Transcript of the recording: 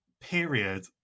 period